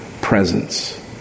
presence